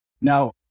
Now